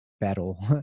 battle